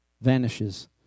vanishes